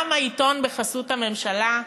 גם בעיתון בחסות הממשלה: